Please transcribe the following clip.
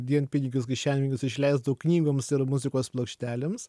dienpinigius kišenpinigius išleisdavau knygoms ir muzikos plokštelėms